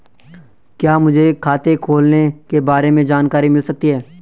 क्या मुझे खाते खोलने के बारे में जानकारी मिल सकती है?